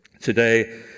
Today